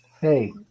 Hey